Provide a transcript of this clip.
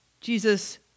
Jesus